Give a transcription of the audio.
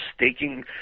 staking